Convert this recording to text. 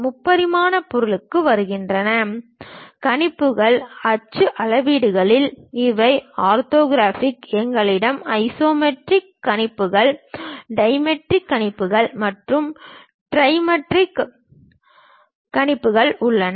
முப்பரிமாண பொருளுக்கு வருகிறது கணிப்புகள் அச்சு அளவீடுகளில் இவை ஆர்த்தோகிராஃபிக் எங்களிடம் ஐசோமெட்ரிக் கணிப்புகள் டைமெட்ரிக் கணிப்புகள் மற்றும் ட்ரிமெட்ரிக் கணிப்புகள் உள்ளன